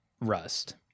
Rust